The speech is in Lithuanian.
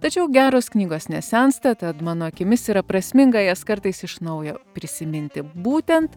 tačiau geros knygos nesensta tad mano akimis yra prasminga jas kartais iš naujo prisiminti būtent